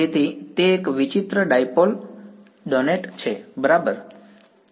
તેથી તે એક વિચિત્ર ડાઈપોલ વિચિત્ર ડોનટ છે બરાબર